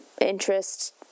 interest